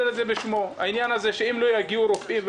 העניין שאם לא יגיעו רופאים,